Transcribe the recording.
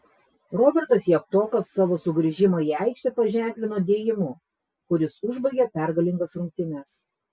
robertas javtokas savo sugrįžimą į aikštę paženklino dėjimu kuris užbaigė pergalingas rungtynes